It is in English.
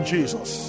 Jesus